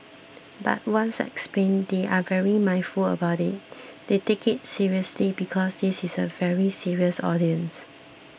but once explained they are very mindful about it they take it seriously because this is a very serious audience